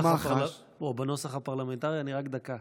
או בנוסח הפרלמנטרי: אני רק דקה.